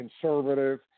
conservative